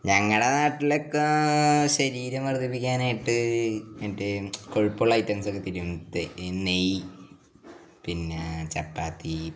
ഞങ്ങളുടെ നാട്ടിൽ ഒക്കെ ശരീരം വർദ്ധിപ്പിക്കാനായിട്ട് എന്നിട്ട് കൊഴുപ്പുള്ള ഐറ്റംസ് ഒക്കെ തരും ഈ നെയ്യ് പിന്നെ ചപ്പാത്തി